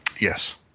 Yes